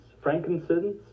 Frankincense